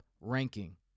ranking